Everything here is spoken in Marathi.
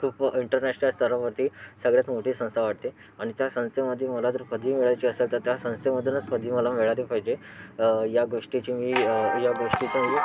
खूप इंटरनॅशनल स्तरावरती सगळ्यात मोठी संस्था वाटते आणि त्या संस्थेमध्ये मला जर पदवी मिळवायची असेल तर त्या संस्थेमधूनच पदवी मला मिळाली पाहिजे या गोष्टीची मी या गोष्टीचं मी